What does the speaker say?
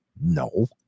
No